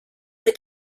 mit